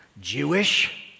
Jewish